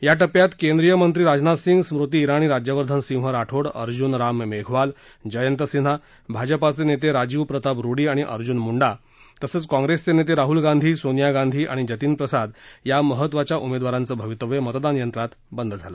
या टप्प्यात केंद्रीय मंत्री राजनाथ सिंग स्मृती ज्ञाणी राज्यवर्धन राठोड अर्जुन राम मेघवाल जयंत सिन्हा भाजपा नेते राजीव प्रताप रुडी आणि अर्जुन मुंडा तसंच काँग्रेस नेते राहुल गांधी सोनिया गांधी आणि जतीन प्रसाद या महत्त्वाच्या उमेदवारांच भवितव्य मतदान यंत्रात बंद झालं